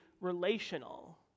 relational